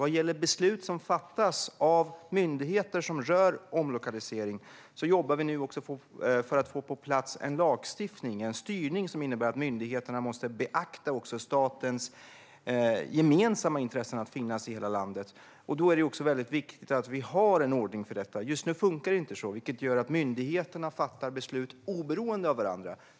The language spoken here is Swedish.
Vad gäller beslut som fattas av myndigheter som rör omlokalisering jobbar vi nu för att få en lagstiftning på plats. Det blir en styrning som innebär att myndigheterna också måste beakta statens gemensamma intresse av att finnas i hela landet. Då är det viktigt att vi har en ordning för detta. Just nu funkar det inte så, vilket gör att myndigheterna fattar beslut oberoende av varandra.